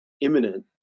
imminent